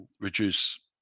reduce